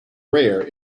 rare